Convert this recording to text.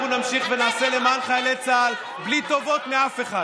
אנחנו נמשיך ונעשה למען חיילי צה"ל בלי טובות מאף אחד.